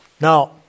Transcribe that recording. Now